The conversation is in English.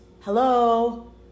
Hello